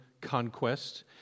conquest